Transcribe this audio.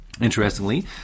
Interestingly